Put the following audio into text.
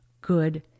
good